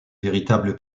véritable